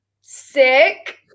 Sick